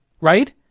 right